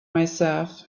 myself